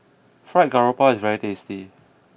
Fried Garoupa is very tasty